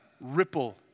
ripple